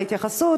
על ההתייחסות,